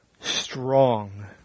strong